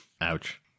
Ouch